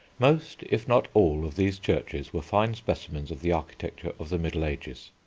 most, if not all, of these churches were fine specimens of the architecture of the middle ages,